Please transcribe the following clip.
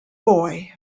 boy